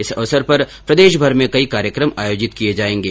इस अवसर पर प्रदेशमर में कई कार्यक्रम आयोजित किए जाएगें